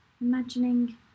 imagining